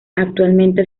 actualmente